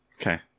Okay